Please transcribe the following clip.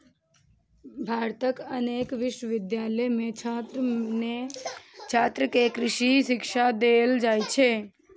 भारतक अनेक विश्वविद्यालय मे छात्र कें कृषि शिक्षा देल जाइ छै